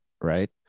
right